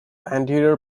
anterior